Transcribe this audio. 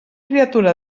criatura